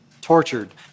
tortured